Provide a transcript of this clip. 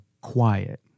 quiet